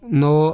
no